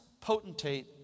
potentate